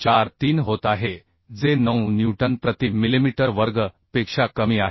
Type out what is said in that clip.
43 होत आहे जे 9 न्यूटन प्रति मिलिमीटर वर्ग पेक्षा कमी आहे